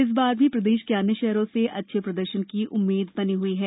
इस बार भी प्रदेश के अन्य शहरों से अच्छे प्रदर्शन की उम्मींद बनी हई है